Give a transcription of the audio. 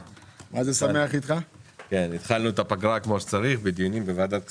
התחלנו את הפגרה כמו שצריך בדיונים בוועדת הכספים.